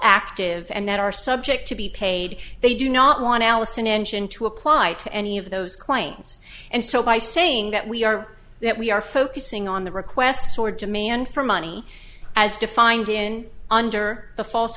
active and that are subject to be paid they do not want allison engine to apply to any of those claims and so by saying that we are that we are focusing on the request or demand for money as defined in under the false